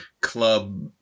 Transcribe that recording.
club